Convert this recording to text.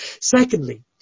Secondly